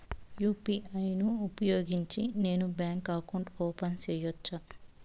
UPI ను ఉపయోగించి నేను బ్యాంకు అకౌంట్ ఓపెన్ సేయొచ్చా?